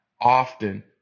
often